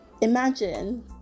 imagine